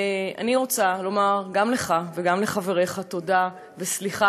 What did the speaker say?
ואני רוצה לומר גם לך וגם לחבריך תודה וסליחה